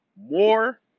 More